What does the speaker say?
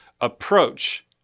approach